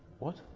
what?